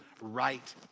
right